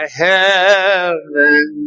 heaven